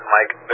Mike